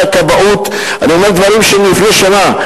הכבאות" אני אומר דברים שאמרתי לפני שנה,